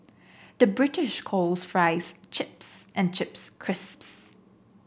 the British calls fries chips and chips crisps